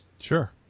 Sure